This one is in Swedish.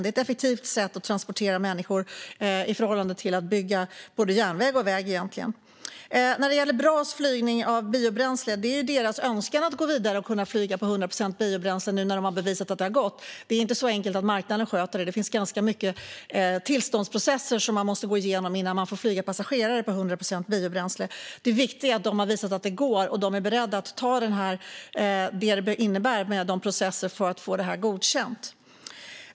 Det är ett effektivt sätt att transportera människor på i förhållande till att bygga både järnväg och väg egentligen. När det gäller BRA:s flygning med biobränsle är deras önskan att gå vidare och kunna flyga på 100 procent biobränsle nu när de har bevisat att det går. Det är dock inte så enkelt att marknaden sköter det. Det måste gå igenom ganska många tillståndsprocesser innan man får flyga passagerare på 100 procent biobränsle. Det viktiga är att de har visat att det går. De är beredda att ta allt vad det innebär för att få det godkänt.